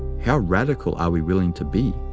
how radical are we willing to be?